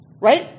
right